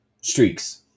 streaks